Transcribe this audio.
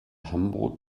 hamburg